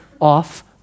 off